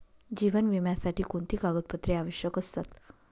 जीवन विम्यासाठी कोणती कागदपत्रे आवश्यक असतात?